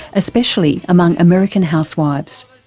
especially among american housewives.